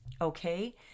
okay